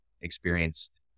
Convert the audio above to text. experienced